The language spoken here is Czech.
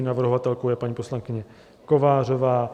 Navrhovatelkou je paní poslankyně Kovářová.